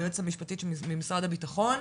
היועמ"ש ממשרד הבטחון,